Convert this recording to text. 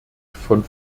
von